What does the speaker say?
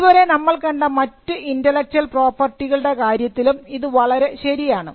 ഇതുവരെ നമ്മൾ കണ്ട മറ്റ് ഇന്റെലക്ച്വൽ പ്രോപ്പർട്ടികളുടെ കാര്യത്തിലും ഇത് വളരെ ശരിയാണ്